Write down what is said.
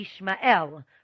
Yishmael